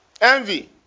Envy